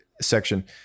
section